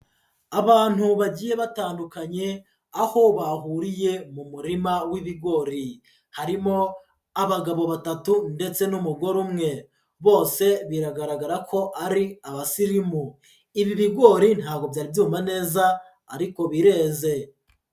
Abantu bagiye batandukanye aho bahuriye mu murima w’ibigori, harimo abagabo batatu ndetse n'umugore umwe, bose biragaragara ko ari abasirimu. Ibi bigori ntabwo byari byuma neza ariko bireze.